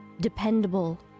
dependable